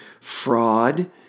fraud